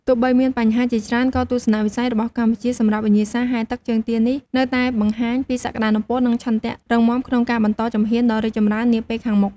ទោះបីមានបញ្ហាជាច្រើន ក៏ទស្សនវិស័យរបស់កម្ពុជា សម្រាប់វិញ្ញាសាហែលទឹកជើងទានេះនៅតែបង្ហាញពីសក្ដានុពល និងឆន្ទៈរឹងមាំក្នុងការបន្តជំហានដ៏រីកចម្រើននាពេលខាងមុខ។